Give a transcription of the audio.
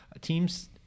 teams